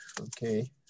Okay